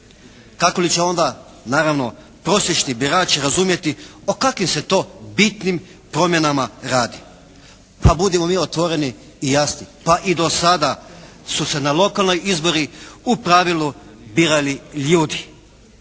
Kako li će onda naravno prosječni birač razumjeti o kakvim se to bitnim promjenama radi? Pa budimo mi otvoreni i jasni, pa i do sada su se na lokalne izbore u pravilu birali ljudi,